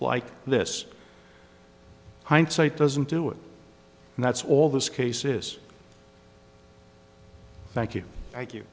like this hindsight doesn't do it and that's all this case is thank you thank you